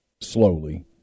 Slowly